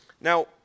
Now